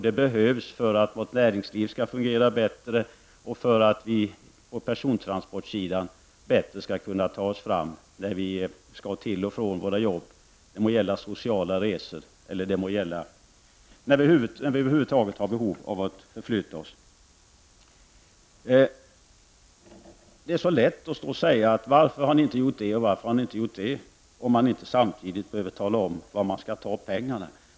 Det behövs för att vårt näringsliv skall fungera bättre och för att vi på persontransportsidan bättre skall kunna ta oss fram när vi skall till och från våra jobb; det må gälla sociala resor eller över huvud taget när vi har behov av att förflytta oss. Det är så lätt att säga varför har ni inte gjort det, och varför har ni inte gjort det, om man inte samtidigt behöver tala om var man skall ta pengarna.